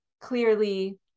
clearly